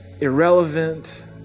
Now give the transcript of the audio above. irrelevant